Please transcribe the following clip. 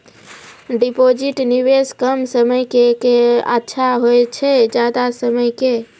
Deposit निवेश कम समय के के अच्छा होय छै ज्यादा समय के?